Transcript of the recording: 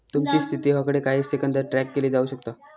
तुमची स्थिती हकडे काही सेकंदात ट्रॅक केली जाऊ शकता